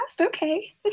Okay